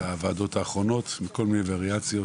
בוועדות האחרונות, בכל מיני וריאציות,